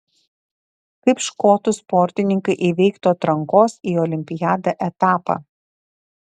kaip škotų sportininkai įveiktų atrankos į olimpiadą etapą